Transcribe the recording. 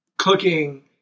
cooking